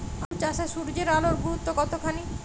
আলু চাষে সূর্যের আলোর গুরুত্ব কতখানি?